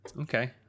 Okay